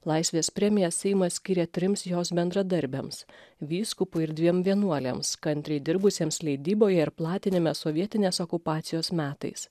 laisvės premiją seimas skyrė trims jos bendradarbiams vyskupui ir dviem vienuolėms kantriai dirbusiems leidyboje ir platinime sovietinės okupacijos metais